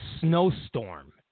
snowstorm